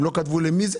הם לא כתבו למי זה?